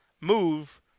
move –